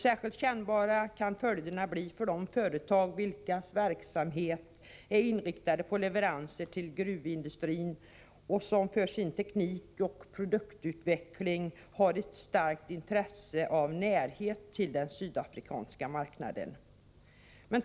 Särskilt kännbara kan följderna bli för de företag vilkas verksamhet är inriktad på leveranser till gruvindustrin, som för sin teknikoch produktutveckling har ett starkt intresse av närheten till den sydafrikanska marknaden.